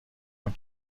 اون